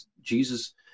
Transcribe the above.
Jesus